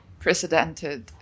precedented